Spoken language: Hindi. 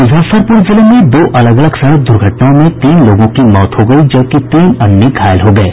मुजफ्फरपुर जिले में दो अलग अलग सड़क दुर्घटनाओं में तीन लोगों की मौत हो गयी जबकि तीन अन्य घायल हो गये